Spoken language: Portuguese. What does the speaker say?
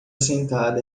sentada